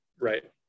Right